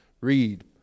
read